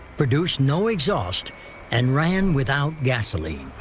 produced no exhaust and ran without gasoline.